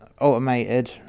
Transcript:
automated